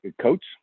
coach